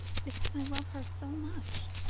because i love her so much.